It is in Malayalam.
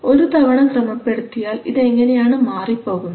ഒരുതവണ ക്രമപ്പെടുത്തിയാൽ ഇത് എങ്ങനെയാണ് മാറിപ്പോകുന്നത്